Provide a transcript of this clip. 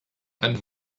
and